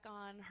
on